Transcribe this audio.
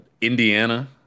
Indiana